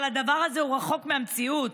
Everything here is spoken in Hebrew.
אבל הדבר הזה רחוק מהמציאות,